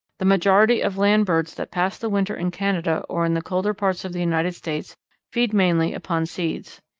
the majority of land birds that pass the winter in canada or in the colder parts of the united states feed mainly upon seeds.